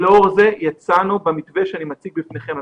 לאור זה יצאנו במתווה שאני מציג בפניכם.